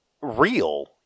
real